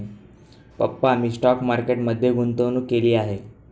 पप्पा मी stock market मध्ये गुंतवणूक केली आहे